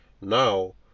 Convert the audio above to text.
now